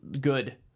good